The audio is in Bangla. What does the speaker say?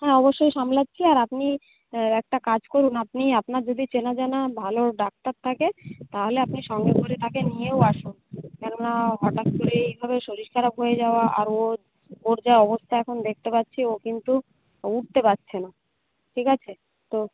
হ্যাঁ অবশ্যই সামলাচ্ছি আর আপনি একটা কাজ করুন আপনি আপনার যদি চেনাজানা ভালো ডাক্তার থাকে তাহলে আপনি সঙ্গে করে তাকে নিয়েও আসুন কেননা হঠাৎ করে এইভাবে শরীর খারাপ হয়ে যাওয়া আর ওর ওর যা অবস্থা এখন দেখতে পাচ্ছি ও কিন্তু উঠতে পারছে না ঠিক আছে তো